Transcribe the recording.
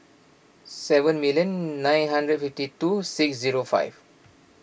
seven million nine hundred fifty two six zero five